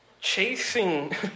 chasing